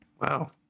Wow